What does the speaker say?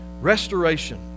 Restoration